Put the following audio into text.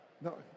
No